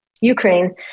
Ukraine